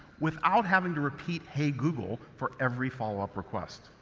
without having to repeat hey google for every followup request.